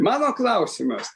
mano klausimas